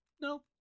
no